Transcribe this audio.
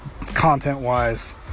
content-wise